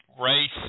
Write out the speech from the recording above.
race